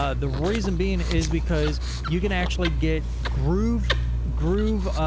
ah the reason being is because you can actually get groove, groove,